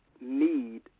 need